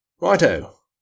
Righto